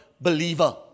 believer